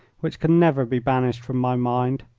which can never be banished from my mind.